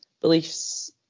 beliefs